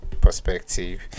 perspective